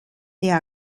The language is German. der